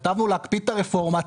כתבנו להקפיא את הרפורמה.